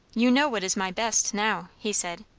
you know what is my best now, he said.